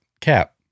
cap